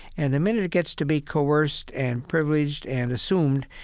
and the minute it gets to be coerced and privileged and assumed,